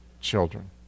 children